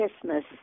Christmas